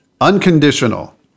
Unconditional